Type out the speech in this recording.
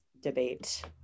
debate